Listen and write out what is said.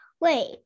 wait